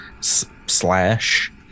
slash